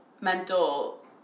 mental